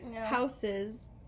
houses